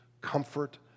comfort